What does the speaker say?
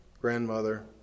grandmother